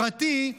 פרטי,